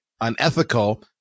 Unethical